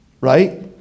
right